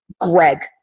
greg